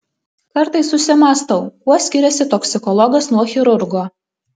kartais susimąstau kuo skiriasi toksikologas nuo chirurgo